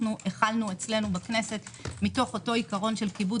הכנו אצלנו בכנסת מתוך עיקרון של כיבוד